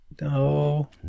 no